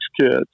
kids